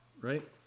right